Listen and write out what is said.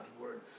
word